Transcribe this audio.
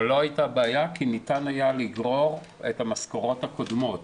אבל לא הייתה בעיה כי ניתן היה לגרור את המשכורות הקודמות.